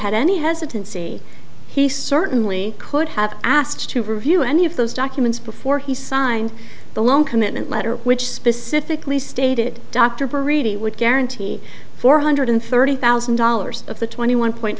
had any hesitancy he certainly could have asked to review any of those documents before he signed the loan commitment letter which specifically stated dr perigee would guarantee four hundred thirty thousand dollars of the twenty one point